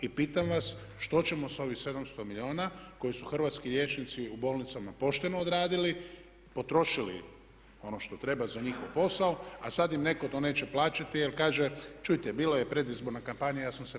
I pitam vas što ćemo sa ovih 700 milijuna koje su hrvatski liječnici u bolnicama pošteno odradili, potrošili ono što treba za njihov posao, a sad im netko to neće plaćati jer kaže čujte bila je predizborna kampanja, ja sam se malo šalio.